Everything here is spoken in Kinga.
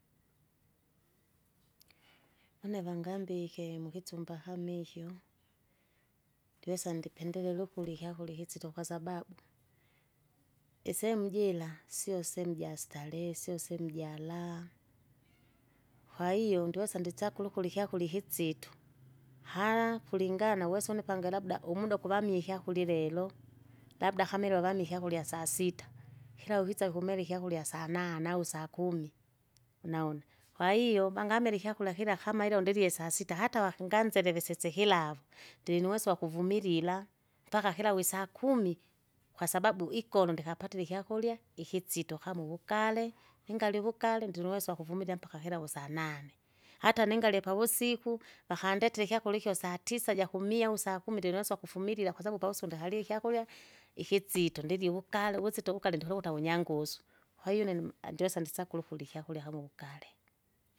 une vangambike mukisumba kama ikyo, ndiwesa ndipendelela ukurya ikyakurya ikisito kwasababu, isemu jira, sio semu jastarehe sio semu jaraha, kwahiyo ndiwesa ndichagula ukurya ikyakurya ikisito, hara kulingana uwesa une pange labda umuda kuvamie ikyekurya ilelo, labda kamilo avami ikyakurya sasita, kilau ukisa ukumela ikyakyakura sanane au sakumi, unaona? kwahiyo bangamele ikyakura kira kamaile undilye sasita, hata wakinganzilele sesehilavo, ndinuweso uvakuvumilila, mpaka kilawu isakumi. Kwasababu ikolo ndikapatire ikyakurya, ikisito kama uvugale, ningalye uvugale! ndinu uweso wakuvumilia mpaka mpaka kilawu sanane. Hata ningalya pavusiku, vakandetere ikyakura ikyo satisa jakumie au sakumi ndinuweso wakufumilila kwasabu pawuso ndkalie ikyakurya, ikisito ndirye uvugare uvusito wugale ndikuluta wunyanguswe. Kwahiyo unemu andiwesa ndisakule ukurya ikyakurya kama ugale.